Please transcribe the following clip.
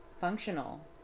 functional